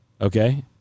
Okay